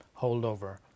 holdover